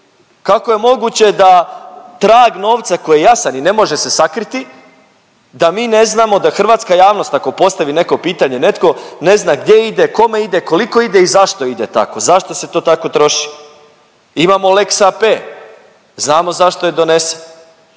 kako je moguće da trag novca koji je jasan i ne može se sakriti da mi ne znamo da hrvatska javnost ako postavi neko pitanje netko, ne zna gdje ide, kome ide, koliko ide i zašto ide tako, zašto se to tako troši? Imamo lex AP, znamo zašto je donesen.